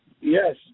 Yes